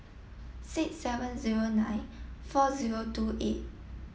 six seven zero nine four zero two eight